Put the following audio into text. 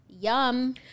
yum